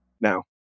now